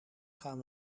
gaan